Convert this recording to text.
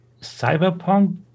Cyberpunk